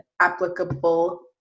applicable